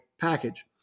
package